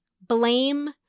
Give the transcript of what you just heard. blame